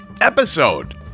episode